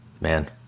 man